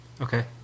Okay